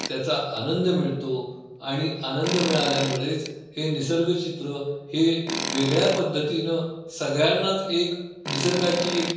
त्याचा आनंद मिळतो आणि आनंद मिळाल्यामुळेच हे निसर्गचित्र हे वेगळ्या पद्धतीनं सगळ्यांनाच एक निसर्गाची एक